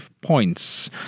Points